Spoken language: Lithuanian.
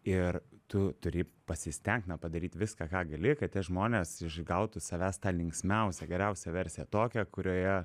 ir tu turi pasistengt na padaryti viską ką gali kad tie žmonės išgautų iš savęs tą linksmiausią geriausią versiją tokią kurioje